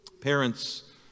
Parents